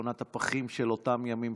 שכונת הפחים של אותם ימים,